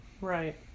Right